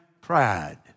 Pride